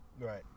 Right